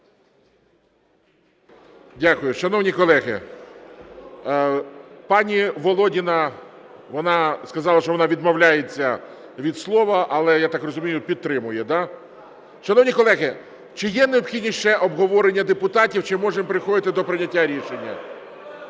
Дякую. Шановні колеги, пані Володіна сказала, що вона відмовляється від слова. Але, я так розумію, підтримує, да? Шановні колеги, чи є необхідність ще обговорення депутатів, чи можемо переходити до прийняття рішення?